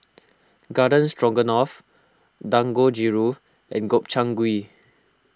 Garden Stroganoff Dangojiru and Gobchang Gui